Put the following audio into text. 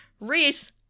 Reese